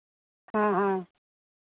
हाँ हाँ